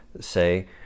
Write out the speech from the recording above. say